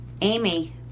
Amy